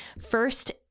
first